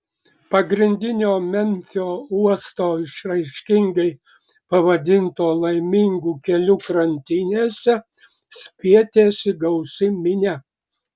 pagrindinio memfio uosto išraiškingai pavadinto laimingu keliu krantinėse spietėsi gausi minia